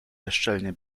bezczelnie